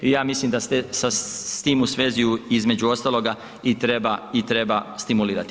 I ja mislim da ... sa time u svezi između ostaloga i treba stimulirati.